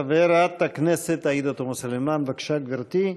חברת הכנסת עאידה תומא סלימאן, בבקשה, גברתי.